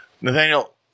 Nathaniel